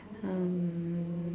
um